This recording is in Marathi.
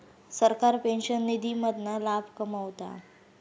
सरकार पेंशन निधी मधना लाभ कमवता